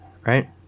right